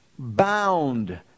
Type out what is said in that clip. bound